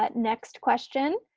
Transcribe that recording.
but next question,